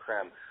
creme